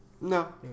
No